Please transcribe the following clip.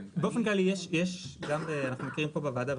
באופן כללי יש גם, אנחנו מכירים פה בוועדה.